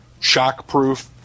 shockproof